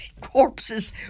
corpses